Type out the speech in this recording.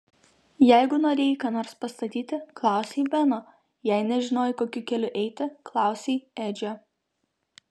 jeigu norėjai ką nors pastatyti klausei beno jei nežinojai kokiu keliu eiti klausei edžio